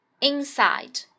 Inside